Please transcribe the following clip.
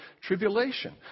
tribulation